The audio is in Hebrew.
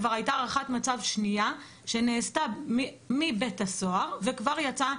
כבר הייתה הערכת מצב שנייה שנעשתה מבית הסוהר וכבר יצאה